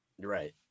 right